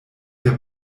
der